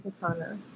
katana